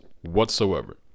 whatsoever